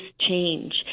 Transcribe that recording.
change